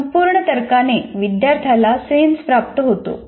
संपूर्ण तर्काने विद्यार्थ्याला सेन्स प्राप्त होतो